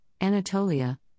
Anatolia